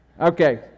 Okay